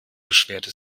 beschwerte